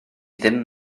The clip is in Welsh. ddim